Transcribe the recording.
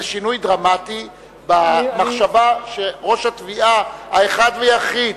זה שינוי דרמטי במחשבה שראש התביעה האחד והיחיד,